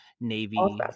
Navy